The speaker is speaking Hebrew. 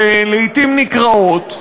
שלעתים נקרעות,